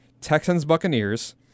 Texans-Buccaneers